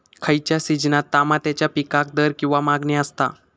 खयच्या सिजनात तमात्याच्या पीकाक दर किंवा मागणी आसता?